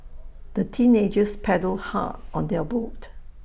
the teenagers paddled hard on their boat